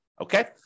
Okay